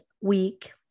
week